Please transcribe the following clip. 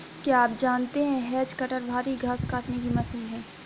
क्या आप जानते है हैज कटर भारी घांस काटने की मशीन है